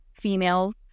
females